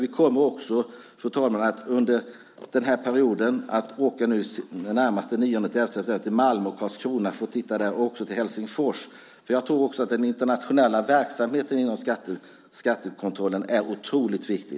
Vi kommer också, fru talman, att under den här perioden, närmast den 9-11 september, att åka till Malmö och Karlskrona för att titta där och också till Helsingfors. Jag tror att den internationella verksamheten inom skattekontrollen är otroligt viktig.